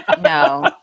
no